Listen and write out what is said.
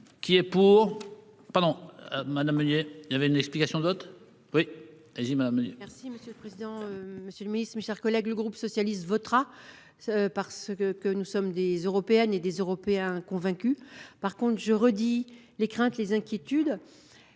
Qui est pour, pardon madame Meunier, il y avait une explication de vote oui. Et il m'a amené. Merci monsieur le président. Monsieur le Ministre, mes chers collègues. Le groupe socialiste votera. Parce que, que nous sommes des européennes et des européens convaincus. Par contre, je redis, les craintes, les inquiétudes.